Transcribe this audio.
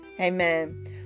Amen